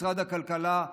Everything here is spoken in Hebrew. משרד הכלכלה,